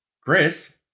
Chris